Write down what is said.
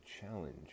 challenge